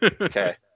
Okay